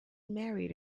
married